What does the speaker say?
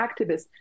activists